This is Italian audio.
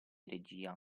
regia